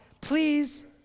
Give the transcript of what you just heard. please